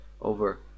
over